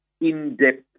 in-depth